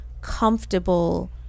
comfortable